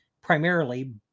primarily